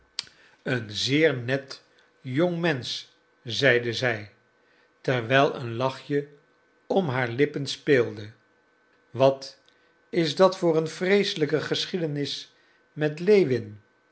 een zeer net jongmensch zeide zij terwijl een lachje om haar lippen speelde wat is dat voor een vreeselijke geschiedenis met lewin